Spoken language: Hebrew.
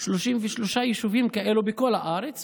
33 יישובים כאלה בכל הארץ,